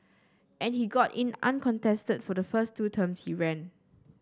and he got in uncontested for the first two terms he ran